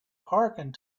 parking